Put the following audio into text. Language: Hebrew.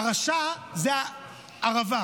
הרשע זה ערבה,